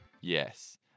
Yes